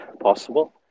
possible